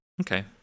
okay